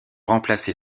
remplacé